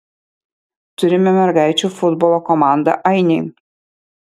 turime mergaičių futbolo komandą ainiai